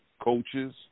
coaches